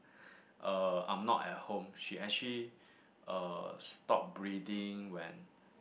uh I'm not at home she actually uh stopped breathing when